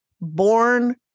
born